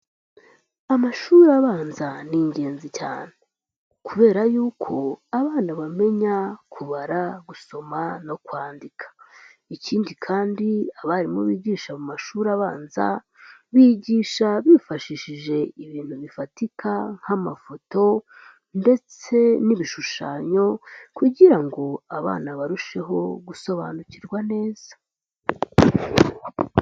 Amashuri abanza ni ingenzi cyane kubera yuko abana bamenya kubara, gusoma no kwandika. Ikindi kandi abarimu bigisha mu mashuri abanza bigisha bifashishije ibintu bifatika nk'amafoto ndetse n'ibishushanyo kugira ngo abana barusheho gusobanukirwa neza.